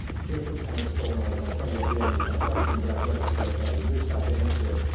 jacob kind of stole my my thunder at the end with my question, but i would like to get ah your side to answer it.